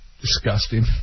disgusting